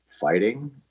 fighting